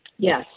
Yes